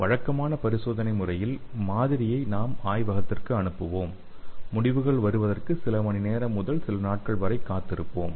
வழக்கமான பரிசோதனை முறையில் மாதிரியை நாம் ஆய்வகத்திற்கு அனுப்புவோம் முடிவுகள் வருவதற்கு சில மணி நேரம் முதல் சில நாட்கள் வரை காத்திருப்போம்